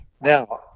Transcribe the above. now